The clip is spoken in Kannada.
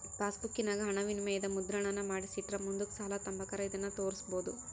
ಪಾಸ್ಬುಕ್ಕಿನಾಗ ಹಣವಿನಿಮಯದ ಮುದ್ರಣಾನ ಮಾಡಿಸಿಟ್ರ ಮುಂದುಕ್ ಸಾಲ ತಾಂಬಕಾರ ಇದನ್ನು ತೋರ್ಸ್ಬೋದು